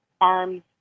arms